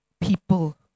people